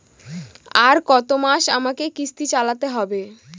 আর কতমাস আমাকে কিস্তি চালাতে হবে?